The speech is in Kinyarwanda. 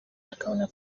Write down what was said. bakabona